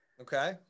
Okay